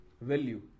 value